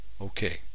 Okay